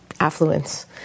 affluence